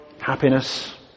happiness